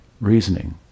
reasoning